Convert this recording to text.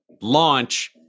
launch